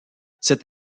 cette